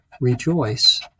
rejoice